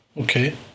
Okay